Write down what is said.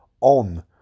on